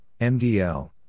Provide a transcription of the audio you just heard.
MDL